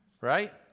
right